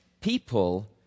People